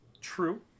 True